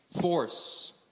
force